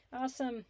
Awesome